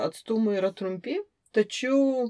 atstumai yra trumpi tačiau